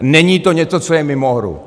Není to něco, co je mimo hru.